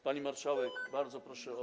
Pani marszałek, bardzo proszę o.